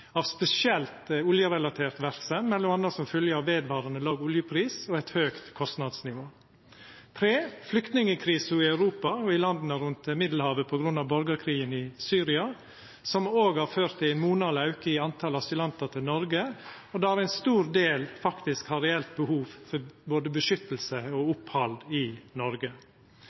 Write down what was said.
omstilling, spesielt av oljerelatert verksemd, m.a. som fylgje av vedvarande låg oljepris og eit høgt kostnadsnivå flyktningkrisa i Europa og i landa rundt Middelhavet på grunn av borgarkrigen i Syria, som òg har ført til ein monaleg auke av asylantar til Noreg, og der ein stor del faktisk har reelt behov for både beskyttelse og opphald i Noreg